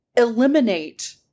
eliminate